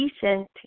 decent